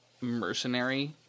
mercenary